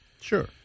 Sure